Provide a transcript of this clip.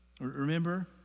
Remember